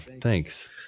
thanks